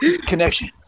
Connection